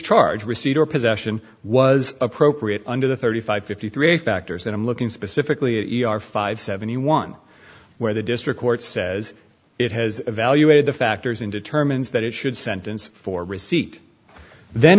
charge receipt or possession was appropriate under the thirty five fifty three factors that i'm looking specifically five seventy one where the district court says it has evaluated the factors in determines that it should sentence for receipt then